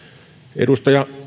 edustaja